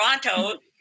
Toronto